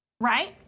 Right